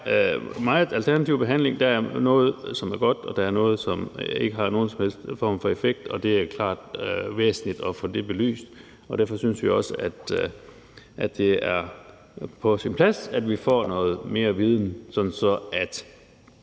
der er meget alternativ behandling. Der er noget, som er godt, og der er noget, som ikke har nogen som helst form for effekt. Det er klart væsentligt at få det belyst. Derfor synes vi også, at det er på sin plads, at vi får noget mere viden,